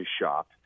shop